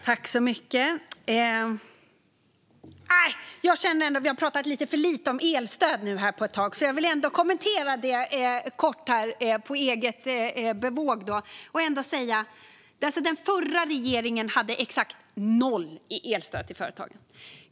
Herr talman! Jag känner ändå att vi har pratat lite för lite om elstöd på ett tag och vill på eget bevåg kommentera det kort. Den förra regeringen hade exakt noll i elstöd till företagen.